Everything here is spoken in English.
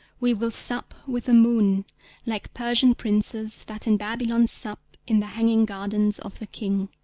we will sup with the moon like persian princes, that, in babylon sup in the hanging gardens of the king.